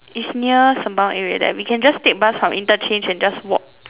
is near sembawang area there we can just take bus from interchange and just walk